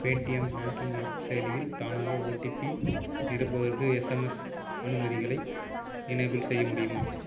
Paytm banking app செயலியில் தானாக OTP நிரப்புவதற்கு எஸ்எம்எஸ் அனுமதிகளை எனேபிள் செய்ய முடியுமா